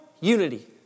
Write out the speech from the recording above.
Unity